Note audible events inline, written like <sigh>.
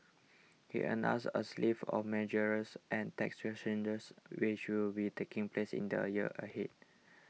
he announced a <unintelligible> of measures and tax <unintelligible> changes which will be taking place in the year ahead